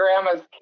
grandma's